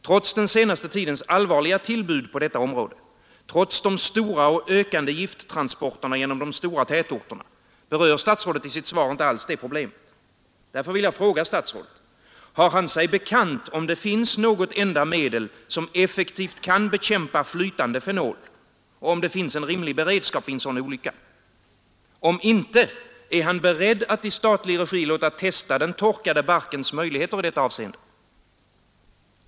Trots den senaste tidens allvarliga tillbud på detta område, trots de stora och ökande gifttransporterna genom tätorterna, berör statsrådet i sitt svar inte alls detta problem. Därför vill jag fråga statsrådet: Har statsrådet sig bekant om det finns något enda medel som effektivt kan bekämpa flytande fenol och om det finns en rimlig beredskap vid en sådan olycka? Om inte, är han beredd att i statlig regi låta testa den torkade barkens möjligheter i detta avseende?